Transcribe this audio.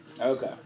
Okay